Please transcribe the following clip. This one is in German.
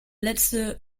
letzte